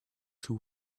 too